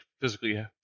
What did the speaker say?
physically